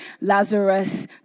Lazarus